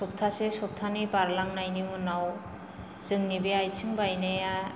सप्ताहसे सप्ताहनै बारलांनायनि उनाव जोंनि बे आइथिं बायनाया